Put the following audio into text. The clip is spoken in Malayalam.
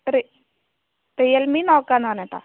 റി റിയൽമി നോക്കാവുന്നതാണ് ചേട്ടാ